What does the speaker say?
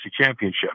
championship